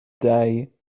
day